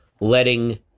letting